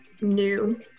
new